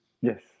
Yes